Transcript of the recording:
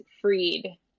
freed